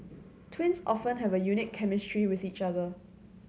twins often have a unique chemistry with each other